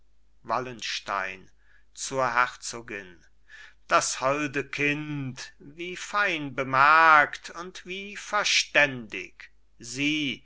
wallenstein zur herzogin das holde kind wie fein bemerkt und wie verständig sieh